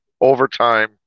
overtime